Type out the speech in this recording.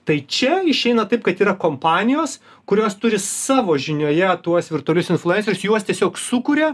tai čia išeina taip kad yra kompanijos kurios turi savo žinioje tuos virtualius influencerius juos tiesiog sukuria